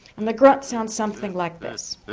and the grunt sounds something like this